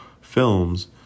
films